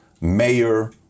mayor